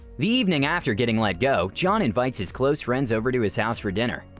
the evening after getting let go, john invites his close friends over to his house for dinner.